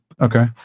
Okay